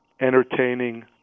entertaining